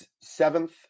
seventh